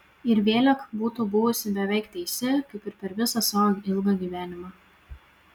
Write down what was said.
ir vėlek būtų buvusi beveik teisi kaip ir per visą savo ilgą gyvenimą